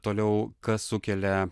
toliau kas sukelia